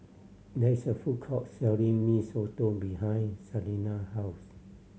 there is a food court selling Mee Soto behind Shaina house